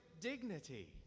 dignity